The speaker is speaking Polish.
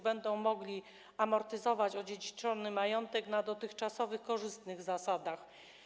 Będą mogli amortyzować odziedziczony majątek na dotychczasowych, korzystnych zasadach.